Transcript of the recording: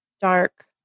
dark